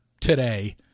today